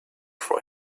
for